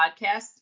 podcast